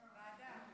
לוועדה.